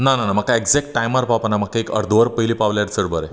ना ना ना म्हका एक्झेक्ट टायमार पावपाक नाका म्हाका थंय एक अर्द वर पयलीं पावल्यार चड बरें